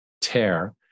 tear